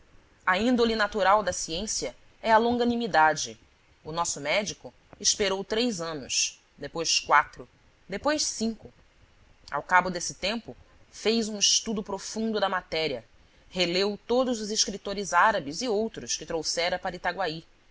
a índole natural da ciência é a longanimidade o nosso médico esperou três anos depois quatro depois cinco ao cabo desse tempo fez um estudo profundo da matéria releu todos os escritores árabes e outros que trouxera para itaguaí